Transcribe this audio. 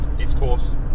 Discourse